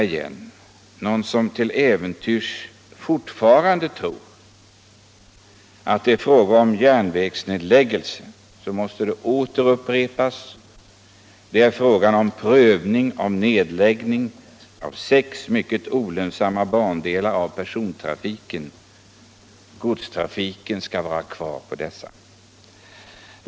Om någon till äventyrs fortfarande tror att det här är fråga om järnvägsnedläggelser, så måste det upprepas att det är fråga om en prövning av en nedläggning av persontrafiken på sex mycket olönsamma bandelar. Godstrafiken skall däremot vara kvar.